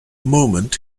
moment